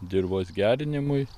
dirvos gerinimui